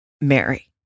Mary